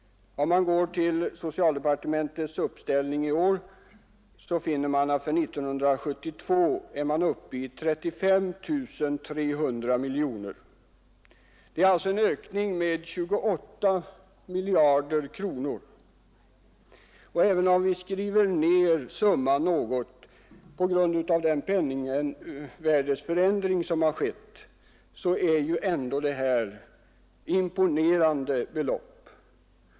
Om man går till socialdepartementets uppställning i år, finner man att för 1972 är vi uppe i 35 300 miljoner. Det är alltså en ökning med 28 miljarder kronor. Även om vi skriver ned summan något på grund av den penningvärdeförändring som har skett, är ändå detta imponerande belopp.